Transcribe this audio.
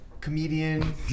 Comedian